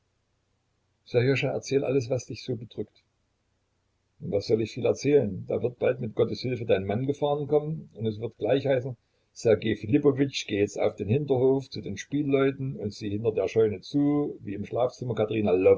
sserjoscha erzähle alles was dich so bedrückt was soll ich viel erzählen da wird bald mit gottes hilfe dein mann gefahren kommen und es wird gleich heißen ssergej philippowitsch geh jetzt auf den hinterhof zu den spielleuten und sieh hinter der scheune zu wie im schlafzimmer katerina